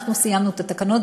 אנחנו סיימנו את הכנת התקנות,